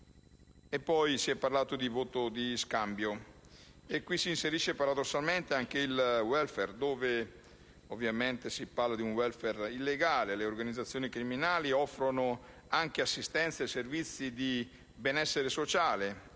Si è parlato poi di voto di scambio e qui si inserisce paradossalmente anche il *welfare*, con riferimento ovviamente ad un *welfare* illegale. Le organizzazioni criminali offrono anche assistenza e servizi di benessere sociale